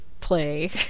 play